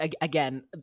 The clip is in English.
again